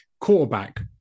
Quarterback